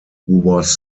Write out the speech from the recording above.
was